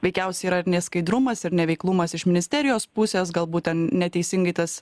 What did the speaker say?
veikiausiai yra ir neskaidrumas ir neveiklumas iš ministerijos pusės galbūt ten neteisingai tas